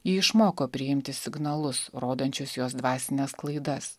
ji išmoko priimti signalus rodančius jos dvasines klaidas